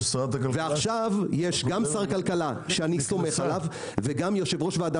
ועכשיו יש גם שר כלכלה שאני סומך עליו וגם יושב-ראש ועדה